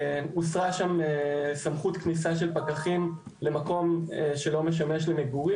הוסרה שם סמכות כניסה של פקחים למקום שלא משמש למגורים,